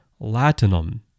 Latinum